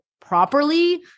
properly